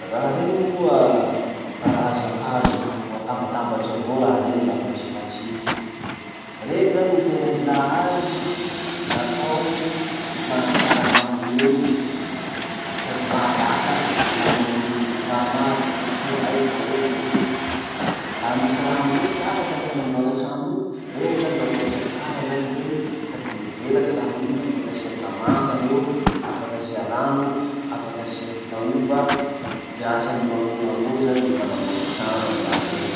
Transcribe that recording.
Raha reny moa karazankazo atambatambatsy avao raha reny la fantsifantsihy. Regny zany ny tena ilà azy, natao ho fanakara gn'ambony eny, sady mahazaka ny lanjan'olo maromaro, ataotsika hoe raiky na roa na telo. Raha misy raha amizay tsy takatry amy fanamboara trano iny, reny zany natao fiakara zany reny, sady mivelatry raha iny afaky asia gamanta gn'eo, afaky asia rano, afaky asia fitaova, la miasa moramora avao zany ny mpanamboatry trano amy raha iny.